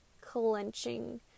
clenching